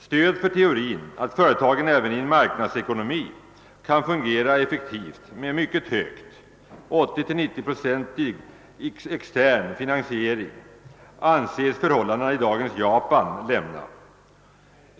Stöd för teorin att företagen även i en marknadsekonomi kan fungera effektivt med mycket hög, 30—90-procentig, extern finansiering, anses förhållandena i dagens Japan lämna.